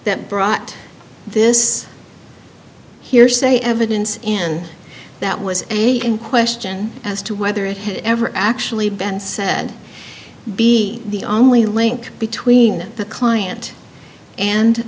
that brought this hearsay evidence and that was a in question as to whether it had ever actually been said be the only link between the client and